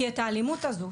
כי את האלימות הזאת,